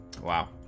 wow